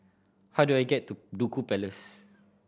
how do I get to Duku Place